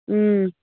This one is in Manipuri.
ꯎꯝ